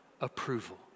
approval